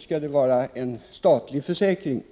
Skall det vara en statlig försäkring?